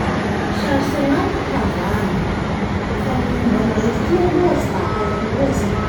Sarotsy agnamiko ny havandy fa ny momba any raiky toy aloha tsy da haiko loatsy fe ko raha fanaova fanapia hamaqmdoa zay ny asany io.